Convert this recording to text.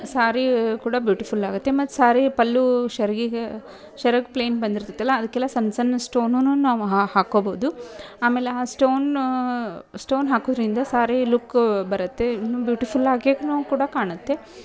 ಸಾರಿ ಕೂಡ ಬ್ಯೂಟಿಫುಲ್ ಆಗುತ್ತೆ ಮತ್ತು ಸಾರಿ ಪಲ್ಲು ಸೆರ್ಗಿಗೆ ಸೆರಗ್ ಪ್ಲೇನ್ ಬಂದಿರ್ತದಲ ಅದಕ್ಕೆಲ್ಲ ಸಣ್ಣ ಸಣ್ಣ ಸ್ಟೋನುನ್ನು ನಾವು ಹಾಕ್ಕೋಬೋದು ಆಮೇಲೆ ಆ ಸ್ಟೋನ್ ಸ್ಟೋನ್ ಹಾಕೋದರಿಂದ ಸಾರಿ ಲುಕ್ಕು ಬರುತ್ತೆ ಇನ್ನೂ ಬ್ಯೂಟಿಫುಲ್ಲಾಗೆ ಕೂಡ ಕಾಣುತ್ತೆ